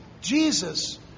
Jesus